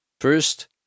First